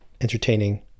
entertaining